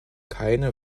keine